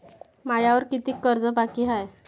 मायावर कितीक कर्ज बाकी हाय?